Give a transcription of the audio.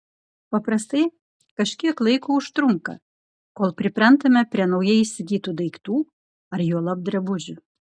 paprastai kažkiek laiko užtrunka kol priprantame prie naujai įsigytų daiktų ar juolab drabužių